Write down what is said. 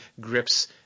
grips